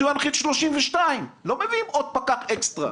אז שהוא ינחית 32. לא מביאים עוד פקח אקסטרה,